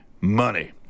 Money